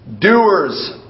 doers